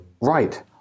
right